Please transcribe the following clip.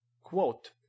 Quote